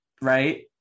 right